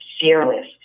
fearless